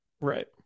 Right